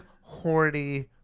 horny